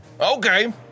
Okay